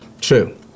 True